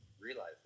realize